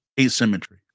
asymmetry